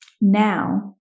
now